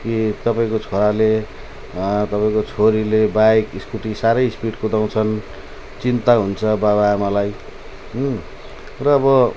के तपाईँको छोराले तपाईँको छोरीले बाइक स्कुटी साह्रै स्पिड कुदाउँछन् चिन्ता हुन्छ बाउआमालाई र अब